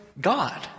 God